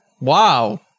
Wow